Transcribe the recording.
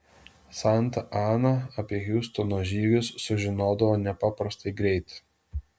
santa ana apie hiustono žygius sužinodavo nepaprastai greit